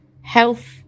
health